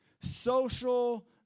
Social